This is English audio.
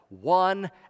one